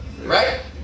Right